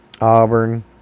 Auburn